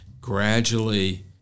gradually